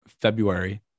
February